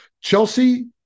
Chelsea